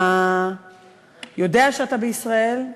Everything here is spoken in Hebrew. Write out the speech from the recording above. אתה יודע שאתה בישראל,